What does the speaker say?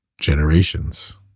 generations